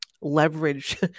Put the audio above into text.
leverage